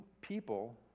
people